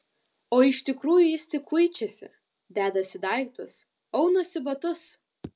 o iš tikrųjų jis tik kuičiasi dedasi daiktus aunasi batus